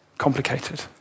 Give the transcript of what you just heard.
complicated